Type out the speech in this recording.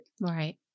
Right